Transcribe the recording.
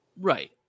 right